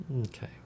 Okay